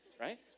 right